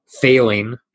failing